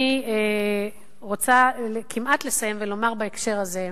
אני רוצה כמעט לסיים ולומר בהקשר הזה,